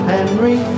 Henry